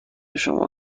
شما